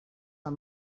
are